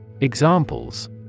Examples